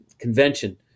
convention